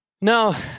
No